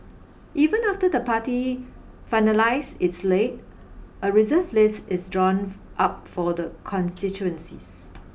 even after the party finalise its slate a reserve list is drawn up for the constituencies